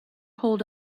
hold